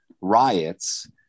riots